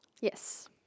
Yes